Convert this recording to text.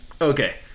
Okay